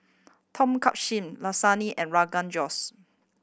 Tom Kha Lasagne and Rogan Josh